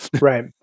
Right